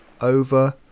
over